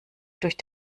durch